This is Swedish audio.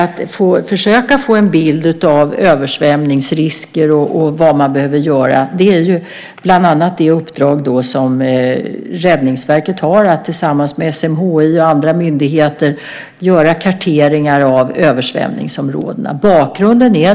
Att försöka få en bild av översvämningsrisker och vad man behöver göra är bland annat ett uppdrag som Räddningsverket har. Tillsammans med SMHI och andra myndigheter ska de göra karteringar av översvämningsområdena.